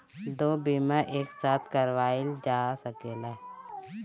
दो बीमा एक साथ करवाईल जा सकेला?